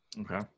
Okay